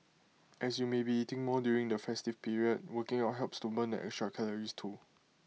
as you may be eating more during the festive period working out helps to burn the extra calories too